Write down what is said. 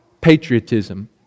patriotism